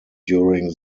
during